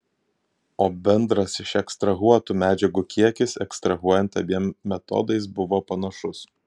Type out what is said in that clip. o bendras išekstrahuotų medžiagų kiekis ekstrahuojant abiem metodais buvo panašus